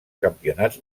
campionats